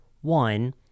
one